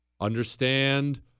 Understand